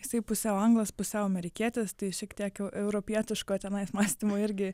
jisai pusiau anglas pusiau amerikietis tai šiek tiek europietiško tenai mąstymo irgi